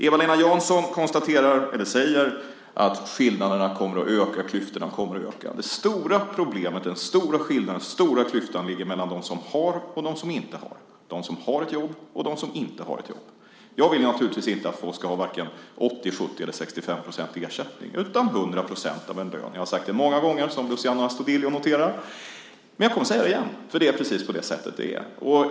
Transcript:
Eva-Lena Jansson säger att skillnaderna och klyftorna kommer att öka. Det stora problemet är den stora skillnaden och den stora klyftan som ligger mellan dem som har och dem som inte har, mellan dem som har ett jobb och dem som inte har ett jobb. Jag vill naturligtvis inte att människor ska ha vare sig 80 %, 70 % eller 65 % i ersättning utan 100 % av en lön. Jag har sagt det många gånger, som Luciano Astudillo noterar. Jag kommer att säga det igen. Det är precis på det sättet det är.